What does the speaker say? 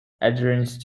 adherence